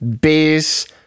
base